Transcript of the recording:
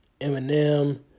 Eminem